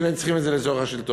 אם הם צריכים את זה לצורך השלטון.